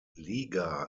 liga